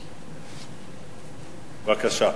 בבקשה.